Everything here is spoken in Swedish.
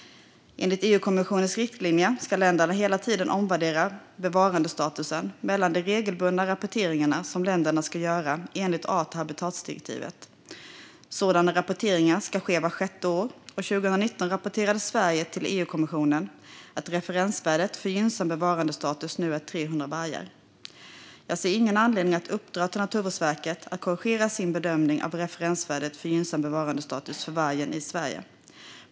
Enligt EU-kommissionens riktlinjer ska länderna hela tiden omvärdera bevarandestatusen mellan de regelbundna rapporteringar som länderna ska göra enligt art och habitatdirektivet. Sådana rapporteringar ska ske vart sjätte år, och 2019 rapporterade Sverige till EU-kommissionen att referensvärdet för gynnsam bevarandestatus nu är 300 vargar. Jag ser ingen anledning att uppdra till Naturvårdsverket att korrigera sin bedömning av referensvärdet för gynnsam bevarandestatus för vargen i Sverige.